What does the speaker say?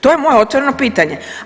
To je moje otvoreno pitanje.